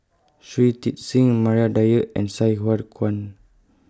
Shui Tit Sing Maria Dyer and Sai Hua Kuan